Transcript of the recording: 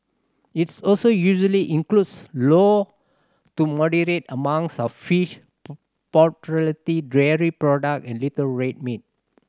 its also usually includes low to moderate amounts of fish dairy product and little red meat